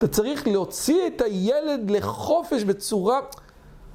אתה צריך להוציא את הילד לחופש בצורה...